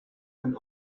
when